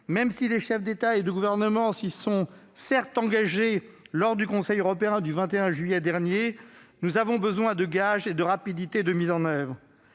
Certes, les chefs d'État et de gouvernement s'y sont engagés lors du Conseil européen du 21 juillet dernier. Mais nous avons besoin de gages sur la rapidité de mise en oeuvre.